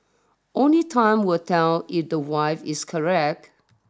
only time will tell if the wife is correct